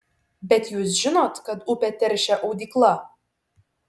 bet jūs žinot kad upę teršia audykla